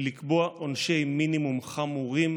מלקבוע עונשי מינימום חמורים,